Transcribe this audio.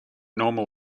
normal